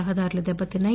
రహదారులు దెబ్బతిన్నాయి